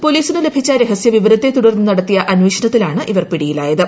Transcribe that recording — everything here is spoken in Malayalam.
പൊലീസിന് ലഭിച്ച രഹസ്യ വിവരത്തെ തുടർന്ന് നടത്തിയ അന്വേഷണത്തിലാണ് ഇവർ പിടിയിലായത്